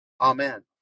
Amen